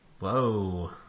Whoa